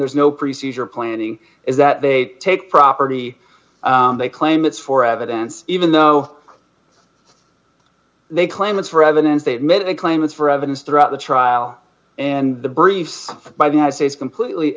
there's no procedure planning is that they take property they claim it's for evidence even though they claim it's for evidence they've made a claim it's for evidence throughout the trial and the briefs by the united states completely